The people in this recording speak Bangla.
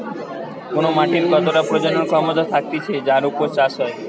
কোন মাটির কতটা প্রজনন ক্ষমতা থাকতিছে যার উপর চাষ হয়